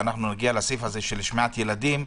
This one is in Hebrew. ואנחנו נגיע לסעיף הזה של שמיעת ילדים,